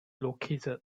located